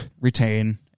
retain